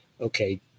okay